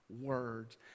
words